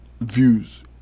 views